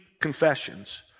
confessions